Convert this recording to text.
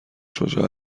شجاع